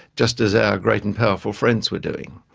just as our great and powerful friends were doing.